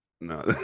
No